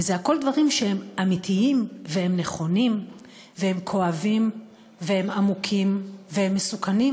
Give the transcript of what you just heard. הכול דברים שהם אמיתיים והם נכונים והם כואבים והם עמוקים והם מסוכנים,